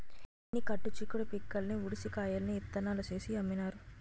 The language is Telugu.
ఎన్ని కట్టు చిక్కుడు పిక్కల్ని ఉడిసి కాయల్ని ఇత్తనాలు చేసి అమ్మినారు